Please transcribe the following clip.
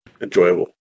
enjoyable